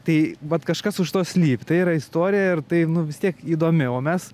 tai vat kažkas už to slypi tai yra istorija ir tai nu vis tiek įdomi o mes